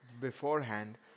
beforehand